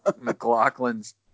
McLaughlin's